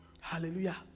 Hallelujah